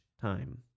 time